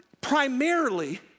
primarily